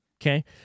Okay